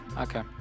Okay